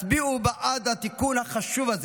הצביעו בעד התיקון החשוב הזה.